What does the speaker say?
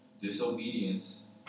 Disobedience